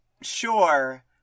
sure